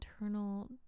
internal